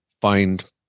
find